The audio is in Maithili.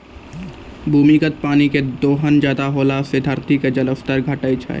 भूमिगत पानी के दोहन ज्यादा होला से धरती के जल स्तर घटै छै